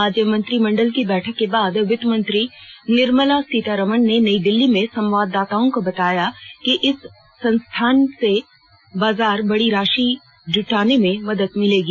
आज मंत्रिमंडल की बैठक के बाद वित्त मंत्री निर्मला सीतारामन ने नई दिल्ली में संवाददाताओं को बताया कि इस संस्थान से बाजार से बडी राशि जुटाने में मदद मिलेगी